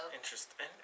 Interesting